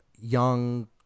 young